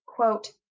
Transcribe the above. quote